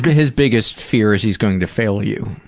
his biggest fear is he's going to fail you.